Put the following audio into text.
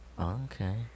Okay